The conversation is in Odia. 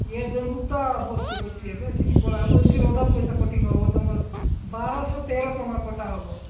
ଗୁପ୍ତା ବସ୍ ଗୋଟେ ଅଛିି ଏବେ ସେଠି ପଳେଇବ ଏଇଥିରେ ଅଧା ପଇସା କଟିଙ୍ଗ ହେବ ତୁମର ବାରଶହ ତେର ଟଙ୍କା କଟା ହେବ